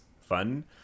fun